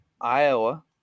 Iowa